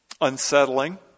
unsettling